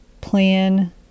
plan